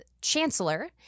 Chancellor